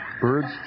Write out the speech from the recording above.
Birds